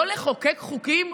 לא לחוקק חוקים?